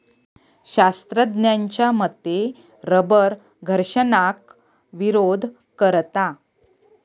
शास्त्रज्ञांच्या मते रबर घर्षणाक विरोध करता